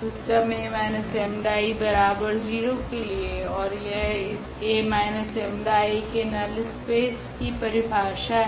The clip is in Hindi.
सिस्टम 𝐴−𝜆𝐼 0 के लिए ओर यह इस 𝐴−𝜆𝐼 के नल स्पेस की परिभाषा है